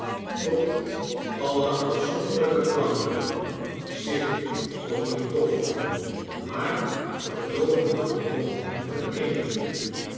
tot alle afzonderlijke klanken zich tot een dof maar verdoovend gebrom vereenigden